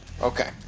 Okay